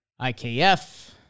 IKF